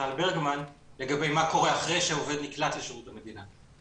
טל ברגמן לגבי מה קורה אחרי שעובד נקלט לשירות המדינה,